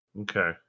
Okay